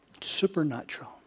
Supernatural